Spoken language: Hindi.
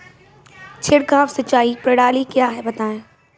छिड़काव सिंचाई प्रणाली क्या है बताएँ?